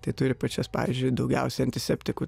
tai turi pačias pavyzdžiui daugiausiai antiseptikų